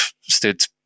stood